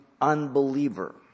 unbeliever